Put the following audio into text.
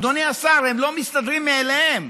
אדוני השר, הם לא מסתדרים מאליהם.